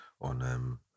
on